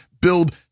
build